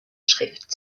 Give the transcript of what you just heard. schrift